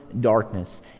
darkness